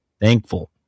thankful